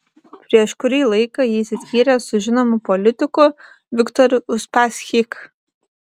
prieš kurį laiką ji išsiskyrė su žinomu politiku viktoru uspaskich